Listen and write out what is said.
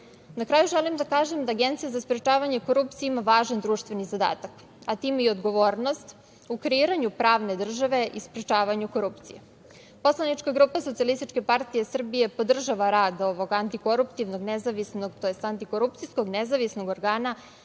kraju želim da kažem da Agencija za sprečavanje korupcije ima važan društveni zadatak, a time i odgovornost u kreiranju pravne države i sprečavanju korupcije. Poslanička grupa SPS podržava rad ovog antikoruptivnog, nezavisnog tj.